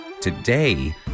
Today